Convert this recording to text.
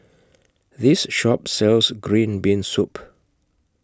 This Shop sells Green Bean Soup